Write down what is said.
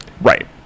Right